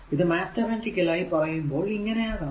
ഇത് മാത്തമറ്റിക്കൽ ആയി പറയുമ്പോൾ ഇങ്ങനെ ആകാം